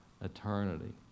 eternity